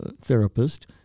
therapist